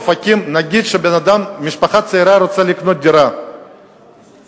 נגיד שמשפחה צעירה רוצה לקנות דירה באותה אופקים.